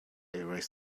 erase